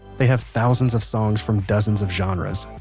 they have thousands of songs from dozens of genres.